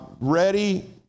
ready